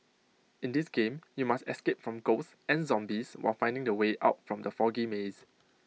in this game you must escape from ghosts and zombies while finding the way out from the foggy maze